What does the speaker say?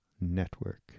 Network